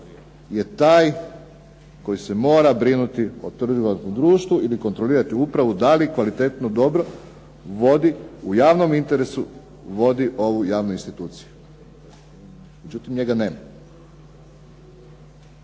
je taj koji se mora brinuti o .../Govornik se ne razumije./... društvu ili kontrolirati upravu da li kvalitetno, dobro vodi u javnom interesu ovu javnu instituciju. Međutim, njega nema.